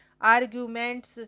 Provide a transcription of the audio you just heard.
arguments